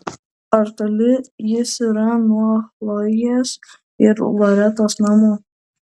ar toli jis yra nuo chlojės ir loretos namų